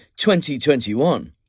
2021